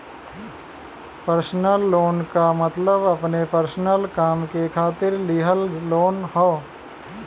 personal loan क मतलब अपने पर्सनल काम के खातिर लिहल लोन हौ